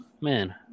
man